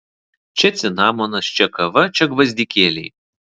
čia cinamonas čia kava čia gvazdikėliai